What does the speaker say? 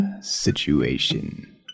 situation